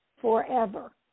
forever